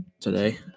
today